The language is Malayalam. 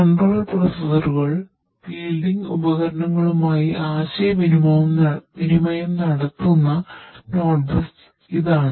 കൺട്രോൾ പ്രോസസറുകൾഇതാണ്